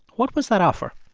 what was that offer?